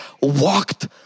walked